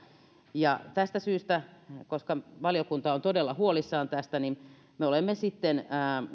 tästä syystä koska valiokunta on todella huolissaan tästä niin me olemme sitten